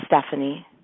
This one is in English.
Stephanie